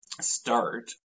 start